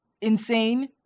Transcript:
insane